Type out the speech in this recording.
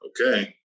okay